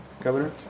Governor